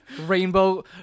Rainbow